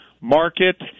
market